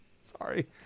sorry